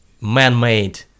man-made